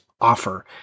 Offer